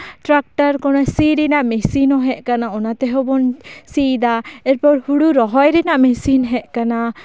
tractor ᱥᱤ ᱨᱮᱱᱟᱜ machine ᱦᱮᱡ ᱠᱟᱱᱟ ᱚᱱᱟ ᱛᱮᱦᱚᱸ ᱵᱚᱱ ᱥᱤᱭᱮᱫᱟ ᱮᱨᱯᱚᱨ ᱦᱳᱲᱳ ᱨᱚᱦᱚᱭ ᱨᱮᱱᱟᱜ ᱢᱮᱥᱤᱱ ᱦᱮᱡ ᱠᱟᱱᱟ